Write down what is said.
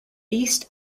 east